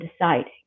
deciding